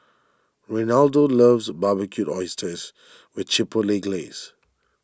Reynaldo loves Barbecued Oysters with Chipotle Glaze